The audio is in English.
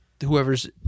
whoever's